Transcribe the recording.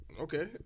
Okay